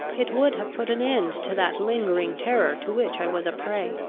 it would have put an end to that lingering terror to which i was a prey.